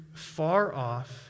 far-off